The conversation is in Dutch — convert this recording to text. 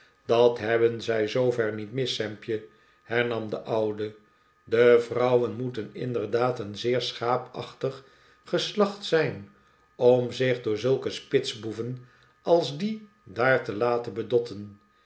dat hebben zij zoover niet mis sampje hernam de oude de vrouwen moeten inderdaad een zeer schaapachtig geslacht zijn om zich door zulke spitsboeven als die daar te laten bedotte'n